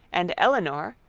and elinor,